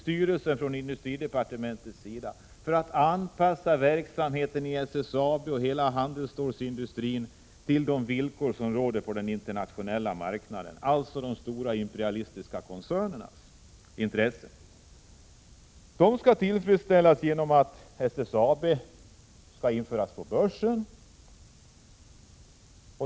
Det är ju så att industridepartementet har bytt ut styrelsen för att anpassa verksamheten i SSAB och hela handelstålindustrin till de villkor som råder på den internationella marknaden — allstå de stora imperialistiska koncernernas intressen. De skall tillfredsställas genom att SSAB skall införas på börsen.